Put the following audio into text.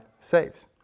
saves